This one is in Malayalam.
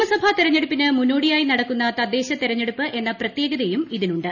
നിയമസഭാ തെരഞ്ഞെടുപ്പിന് മുന്നോടിയായി നടക്കുന്ന തദ്ദേശ തെരഞ്ഞെടുപ്പ് എന്ന പ്രത്യേകതയും ഇതിനുണ്ട്